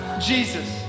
Jesus